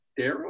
Daryl